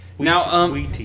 Now